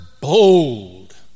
bold